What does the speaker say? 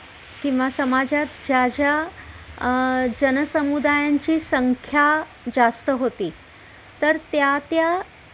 किंवा समाजात ज्या ज्या जनसमुदायांची संख्या जास्त होती तर त्या त्या